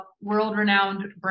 world-renowned